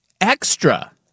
Extra